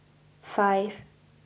five